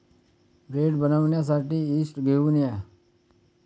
bread बनवण्यासाठी yeast घेऊन या